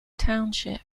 township